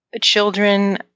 children